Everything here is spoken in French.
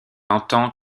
entend